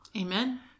Amen